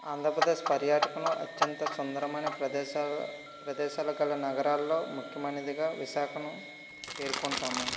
ఆంధ్రప్రదేశ్ పర్యాటకనలో అత్యంత సుందరమైన ప్రదేశంలో ప్రదేశాలు గల నగరాలలో ముఖ్యమైనదిగా విశాఖను పేర్కొంటాము